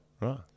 Right